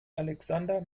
alexander